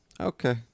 Okay